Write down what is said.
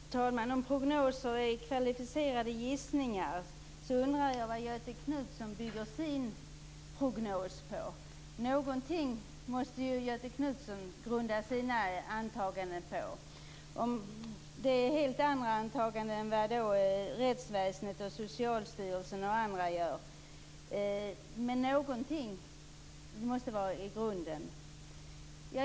Fru talman! Om prognoser är kvalificerade gissningar undrar jag vad Göthe Knutson bygger sin prognos på. Någonting måste ju Göthe Knutsson grunda sina antaganden på. Det är helt andra antaganden än vad rättsväsendet, Socialstyrelsen och andra gör. Men någonting måste finnas i grunden.